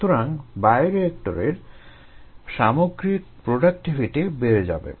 সুতরাং বায়োরিয়েক্টরের সামগ্রিক প্রোডাক্টিভিটি বেড়ে যাবে